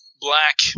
black